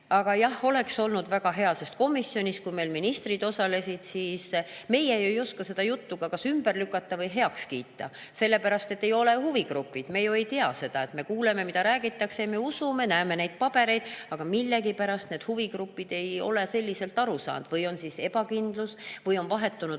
Aga jah, oleks olnud väga hea. Sest komisjonis, kui meil ministrid osalesid ... Meie ju ei oska seda juttu kas ümber lükata või heaks kiita, sellepärast et meie ei ole huvigrupid, me ju ei tea seda. Me kuuleme, mida räägitakse, me usume, näeme neid pabereid, aga millegipärast need huvigrupid ei ole niimoodi aru saanud. Või on ebakindlus või on vahetunud